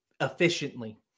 efficiently